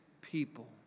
people